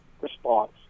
response